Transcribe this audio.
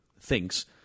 thinks